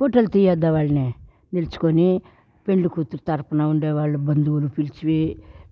ఫోటోలు తీయొద్దు వాళ్లని నిలుచుకొని పెళ్ళికూతురు తరపున ఉండేవాళ్ళు బంధువులు పిలిచి